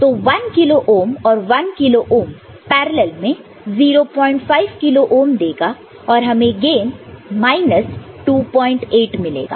तो 1 kilo ohm और 1 kilo ohm parallel में 05 किलो ओहम देगा और हमें गेन 28 मिलेगा